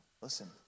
listen